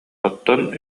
оттон